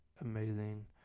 amazing